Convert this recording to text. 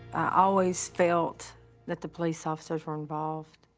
always felt that the police officers were involved.